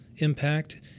impact